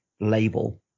label